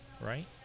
Right